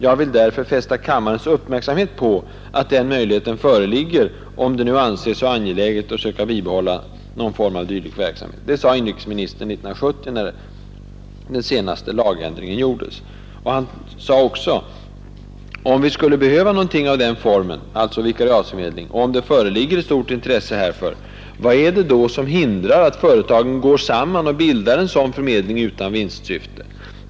Jag vill därför fästa kammarens uppmärksamhet på att den möjligheten föreligger, om det nu anses så angeläget att söka bibehålla någon form av dylik verksamhet.” Inrikesministern sade också: ”Om vi skulle behöva någonting av den formen,” — alltså vikariatsförmedling —” och om det föreligger ett stort intresse härför, vad är det då som hindrar att företagen går samman och bildar en sådan förmedling utan vinstsyfte?